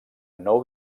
nou